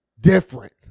different